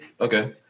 Okay